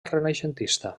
renaixentista